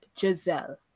Giselle